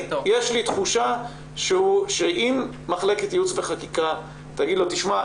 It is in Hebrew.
יש לי תחושה שאם מחלקת ייעוץ וחקיקה תגיד לו 'תשמע,